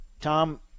Tom